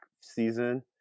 season